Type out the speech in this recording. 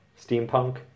steampunk